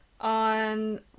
on